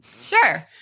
sure